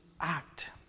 act